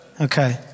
Okay